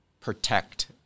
protect